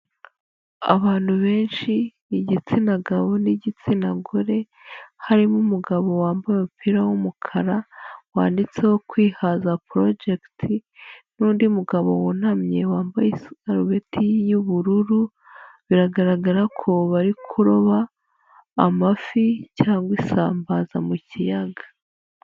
Abantu benshi igitsina gabo n'igitsina gore, harimo umugabo wambaye umupira w'umukara wanditseho Kwihaza Project n'undi mugabo wunamye wambaye isarubeti y'ubururu, biragaragara ko bari kuroba amafi cyangwa isambaza mu kiyaga.